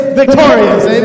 victorious